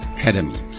Academy